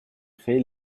créé